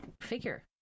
figure